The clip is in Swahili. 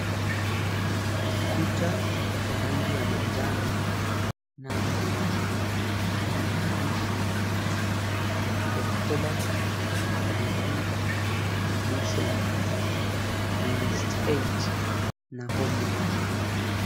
Ukuta wa rangi ya manjano, na ambao una maandishi ya October, November, December, List Eight, na Homework.